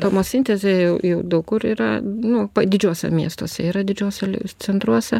tomosintezė jau jau daug kur yra nu didžiuose miestuose yra didžiuose centruose